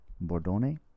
Bordone